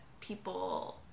people